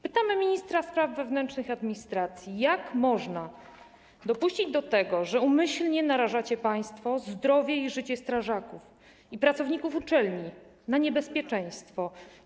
Pytamy ministra spraw wewnętrznych i administracji: Jak można dopuścić do tego, że umyślnie narażacie państwo zdrowie i życie strażaków i pracowników uczelni na niebezpieczeństwo?